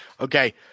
okay